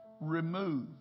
remove